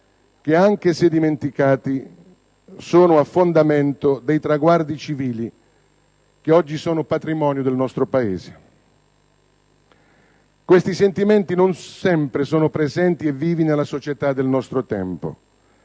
che, anche se dimenticati, sono a fondamento dei traguardi civili che oggi sono patrimonio del nostro Paese. Questi sentimenti non sempre sono presenti e vivi nella società del nostro tempo